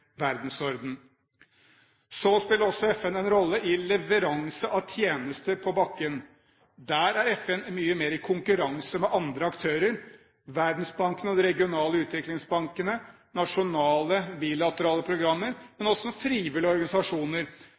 spiller også FN en rolle når det gjelder leveranser av tjenester på bakken. Der er FN mye mer i konkurranse med andre aktører, som Verdensbanken og de regionale utviklingsbankene, nasjonale bilaterale programmer, men også frivillige organisasjoner.